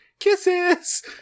kisses